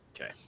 Okay